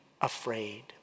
afraid